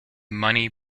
money